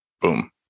Boom